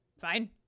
Fine